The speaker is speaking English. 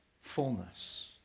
fullness